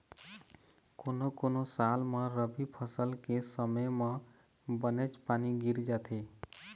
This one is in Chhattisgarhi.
कोनो कोनो साल म रबी फसल के समे म बनेच पानी गिर जाथे